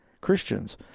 Christians